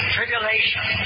Tribulation